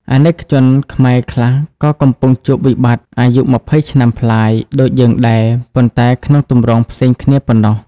អាណិកជនខ្មែរខ្លះក៏កំពុងជួប "វិបត្តិអាយុ២០ឆ្នាំប្លាយ" ដូចយើងដែរ ប៉ុន្តែក្នុងទម្រង់ផ្សេងគ្នាប៉ុណ្ណោះ។